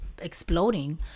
exploding